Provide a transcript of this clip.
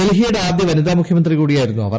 ഡൽഹിയുടെ ആദ്യ വനിത മുഖ്യമന്ത്രി കൂടിയായിരുന്നു അവർ